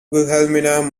wilhelmina